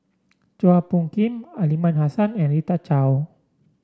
Chua Phung Kim Aliman Hassan and Rita Chao